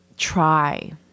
try